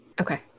okay